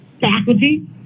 Faculty